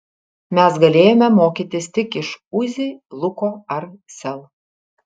mes galėjome mokytis tik iš uzi luko ar sel